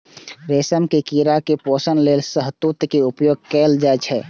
रेशम के कीड़ा के पोषण लेल शहतूत के उपयोग कैल जाइ छै